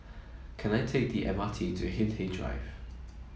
can I take the M R T to Hindhede Drive